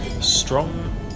Strong